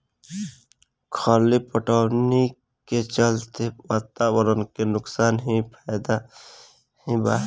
खली पटवनी के चलते वातावरण के नुकसान ही ना फायदा भी बा